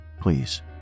Please